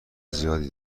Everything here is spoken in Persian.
زیادی